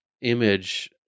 image